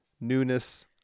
newness